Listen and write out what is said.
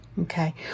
Okay